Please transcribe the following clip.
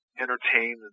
entertain